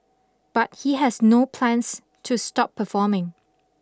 but he has no plans to stop performing